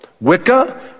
Wicca